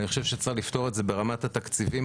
אני חושב שצריך לפתור את זה ברמת התקציבים.